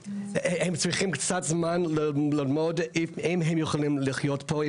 הם צריכים קצת זמן ללמוד אם הם יכולים לחיות פה,